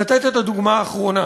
לתת את הדוגמה האחרונה,